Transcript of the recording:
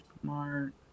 smart